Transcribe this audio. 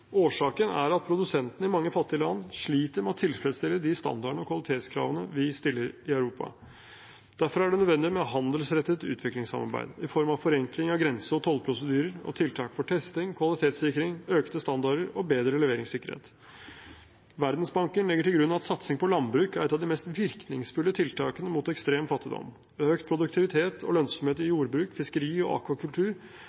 Årsaken er at produsentene i mange fattige land sliter med å tilfredsstille de standardene og kvalitetskravene vi stiller i Europa. Derfor er det nødvendig med handelsrettet utviklingssamarbeid i form av forenkling av grense- og tollprosedyrer og tiltak for testing, kvalitetssikring, økte standarder og bedre leveringssikkerhet. Verdensbanken legger til grunn at satsing på landbruk er et av de mest virkningsfulle tiltakene mot ekstrem fattigdom. Økt produktivitet og lønnsomhet i